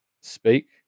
speak